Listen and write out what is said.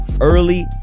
early